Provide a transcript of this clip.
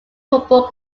football